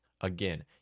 again